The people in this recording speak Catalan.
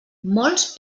molts